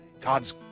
God's